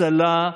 הצלה,